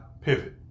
pivot